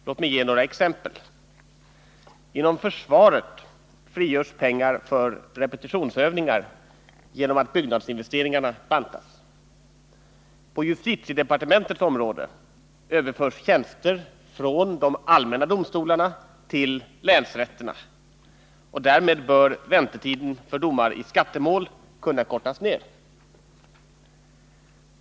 Låt mig ge några exempel: Inom försvaret frigörs pengar för repetitionsövningar genom att byggnadsinvesteringarna bantas. På justitiedepartementets område överförs tjänster från de allmänna domstolarna till länsrätterna. Därmed bör väntetiden för domar i skattemål kunna kortas ner.